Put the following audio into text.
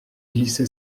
glissé